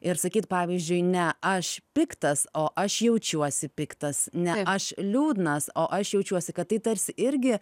ir sakyt pavyzdžiui ne aš piktas o aš jaučiuosi piktas ne aš liūdnas o aš jaučiuosi kad tai tarsi irgi